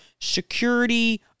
security